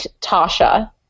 Tasha